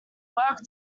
work